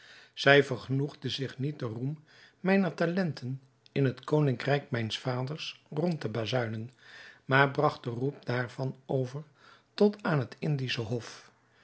zij vergenoegde zich niet den roem mijner talenten in het koningrijk mijns vaders rond te bazuinen maar bragt den roep daarvan over tot aan het indische hof